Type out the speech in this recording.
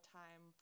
time